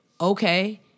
okay